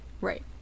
Right